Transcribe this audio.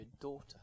daughter